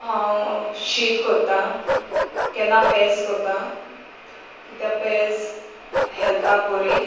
हांव शीत करत्तां केन्ना पॅज करता कित्याक पॅज हेल्थाक बरी